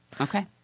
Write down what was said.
Okay